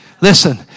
Listen